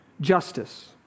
justice